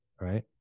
right